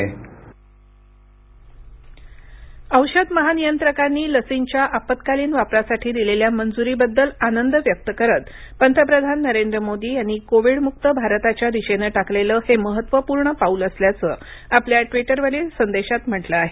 पंतप्रधान नरेंद्र मोदी लस औषध महानियंत्रकांनी दिलेल्या लसींच्या आपत्कालीन वापरासाठी दिलेल्या मंजूरीबद्दल आनंद व्यक्त करत पंतप्रधान नरेंद्र मोदी यांनी कोविडमुक्त भारताच्या दिशेनं टाकलेलं हे महत्वपूर्ण पाऊल असल्याचं आपल्या ट्विटरवरील संदेशात म्हटलं आहे